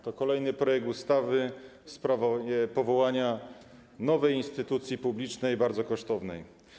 To kolejny projekt ustawy w sprawie powołania nowej instytucji publicznej, bardzo kosztownej.